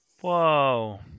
Whoa